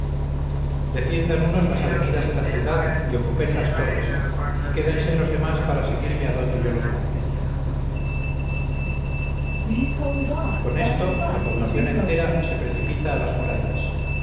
defiendan unos las avenidas de la ciudad y ocupen las torres y quédense los demás para seguirme adonde yo los mande con esto la población entera se precipita a las murallas